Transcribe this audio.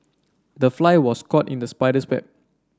the fly was caught in the spider's web